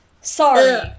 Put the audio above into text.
Sorry